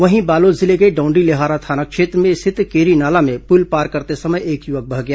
वहीं बालोद जिले के डॉंडीलोहारा थाना क्षेत्र में रिथत केरीनाला में पुल पार करते समय एक युवक बह गया